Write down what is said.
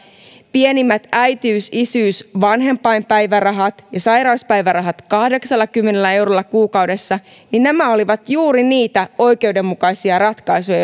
pienimmät äitiys isyys vanhempainpäivärahat ja sairauspäivärahat kahdeksallakymmenellä eurolla kuukaudessa niin nämä olivat juuri niitä oikeudenmukaisia ratkaisuja